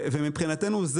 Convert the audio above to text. ומבחינתנו,